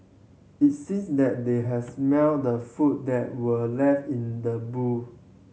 it sees that they had smelt the food that were left in the boot